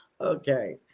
Okay